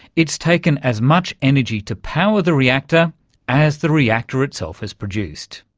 it's taken as much energy to power the reactor as the reactor itself has produced.